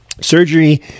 Surgery